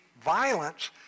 violence